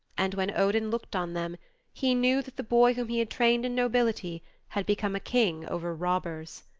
and when odin looked on them he knew that the boy whom he had trained in nobility had become a king over robbers.